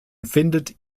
findet